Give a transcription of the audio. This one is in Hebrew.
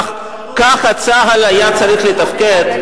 ככה צה"ל היה צריך לתפקד?